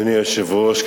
אדוני היושב-ראש,